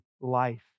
life